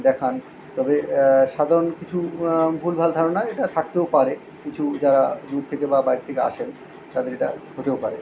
দেখান তবে সাধারণ কিছু ভুলভাল ধারণা এটা থাকতেও পারে কিছু যারা দূর থেকে বা বাড়ির থেকে আসেন তাদের এটা হতেও পারে